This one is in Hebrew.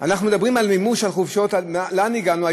אנחנו מדברים על מימוש החופשות, לאן הגענו?